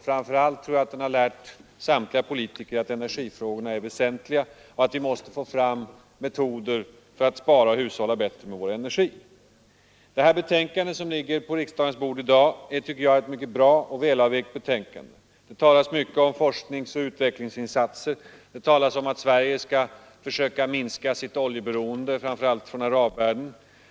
Framför allt tror jag att den har lärt oss politiker att energifrågorna är väsentliga och att vi måste få fram metoder för att spara på och hushålla med vår energi. Det betänkande som i dag ligger på riksdagens bord tycker jag är mycket bra och välavvägt. Det talas där mycket om forskningsoch utvecklingsinsatser. Det talas om att Sverige skall försöka minska sitt oljeberoende, framför allt när det gäller arabvärlden.